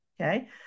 okay